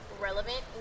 relevant